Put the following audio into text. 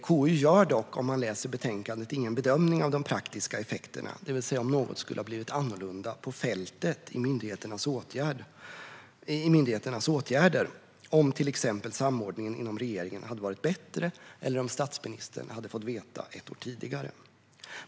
KU gör dock ingen bedömning av de praktiska effekterna, det vill säga om något skulle ha blivit annorlunda på fältet, i myndigheternas åtgärder för att hantera situationen, om till exempel samordningen inom regeringen hade varit bättre eller om statsministern hade fått veta ett år tidigare.